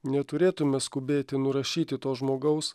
neturėtume skubėti nurašyti to žmogaus